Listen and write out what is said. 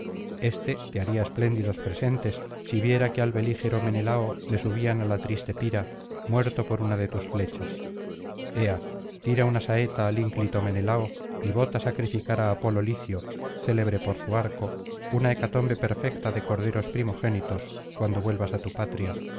éste te haría espléndidos presentes si viera que al belígero menelao le subían á la triste pira muerto por una de tus flechas ea tira una saeta al ínclito menelao y vota sacrificar á apolo licio célebre por su arco una hecatombe perfecta de corderos primogénitos cuando vuelvas á tu patria